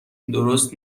درست